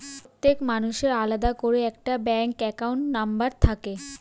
প্রত্যেক মানুষের আলাদা করে একটা ব্যাঙ্ক অ্যাকাউন্ট নম্বর থাকে